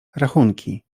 rachunki